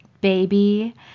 baby